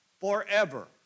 forever